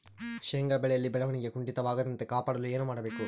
ಶೇಂಗಾ ಬೆಳೆಯಲ್ಲಿ ಬೆಳವಣಿಗೆ ಕುಂಠಿತವಾಗದಂತೆ ಕಾಪಾಡಲು ಏನು ಮಾಡಬೇಕು?